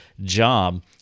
job